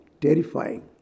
terrifying